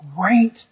great